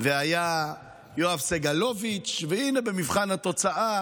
והיה יואב סגלוביץ', והינה במבחן התוצאה